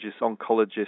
oncologists